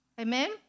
Amen